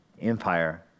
empire